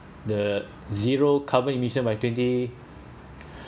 the zero carbon emissions by twenty